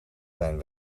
zijn